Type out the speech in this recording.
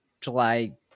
July